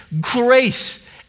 grace